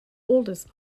oldest